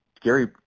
Gary